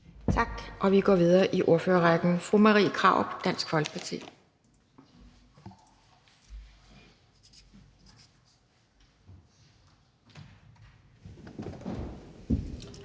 Tak. Vi går videre i ordførerrækken. Fru Marie Krarup, Dansk Folkeparti.